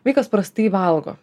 vaikas prastai valgo